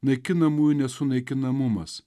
naikinamųjų nesunaikinamumas